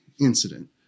incident